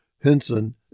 Henson